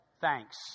thanks